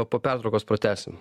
po pertraukos pratęsim